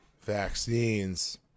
vaccines